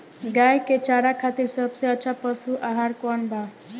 गाय के चारा खातिर सबसे अच्छा पशु आहार कौन बा?